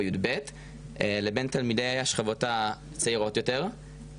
או יב' לבין תלמידי השכבות הצעירות יותר,